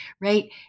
right